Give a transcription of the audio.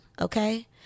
okay